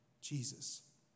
Jesus